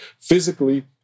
physically